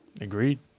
Agreed